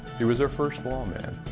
he was our first lawman.